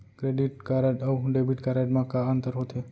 Credit card अऊ debit card मा का अंतर होथे?